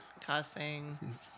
cussing